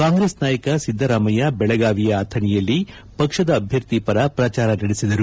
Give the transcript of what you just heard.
ಕಾಂಗ್ರೆಸ್ ನಾಯಕ ಸಿದ್ದರಾಮಯ್ತ ಬೆಳಗಾವಿಯ ಅಥಣೆಯಲ್ಲಿ ಪಕ್ಷದ ಅಭ್ವರ್ಥಿ ಪರ ಪ್ರಚಾರ ನಡೆಸಿದರು